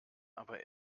aber